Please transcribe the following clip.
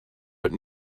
but